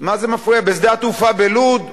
מה זה מפריע בשדה התעופה, בלוד?